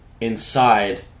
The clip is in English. inside